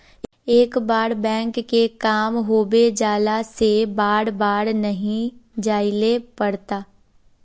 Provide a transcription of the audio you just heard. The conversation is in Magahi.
एक बार बैंक के काम होबे जाला से बार बार नहीं जाइले पड़ता?